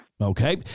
Okay